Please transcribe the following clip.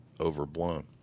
overblown